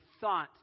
thought